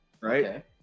right